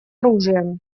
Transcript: оружием